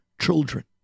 children